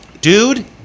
Dude